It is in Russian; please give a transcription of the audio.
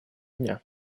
дня